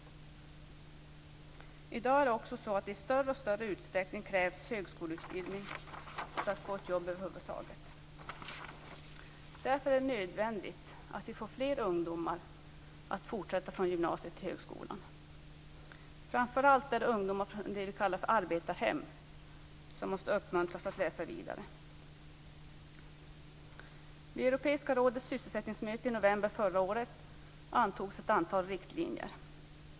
I dag är det också så att det i större och större utsträckning krävs högskoleutbildning för att över huvud taget få ett jobb. Därför är det nödvändigt att vi får fler ungdomar att fortsätta från gymnasiet till högskolan. Framför allt är det ungdomar från det vi kallar för arbetarhem som måste uppmuntras att läsa vidare. Vid Europeiska rådets sysselsättningsmöte i november förra året antogs ett antal riktlinjer.